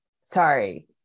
sorry